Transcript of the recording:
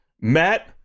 Matt